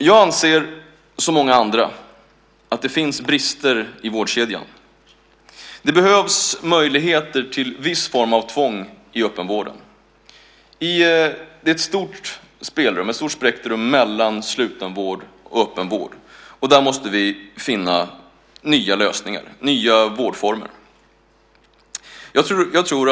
Jag anser, som många andra, att det finns brister i vårdkedjan. Det behövs möjligheter till viss form av tvång i öppenvården. Det är ett stort spektrum mellan slutenvård och öppenvård. Där måste vi finna nya lösningar, nya vårdformer.